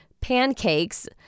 pancakes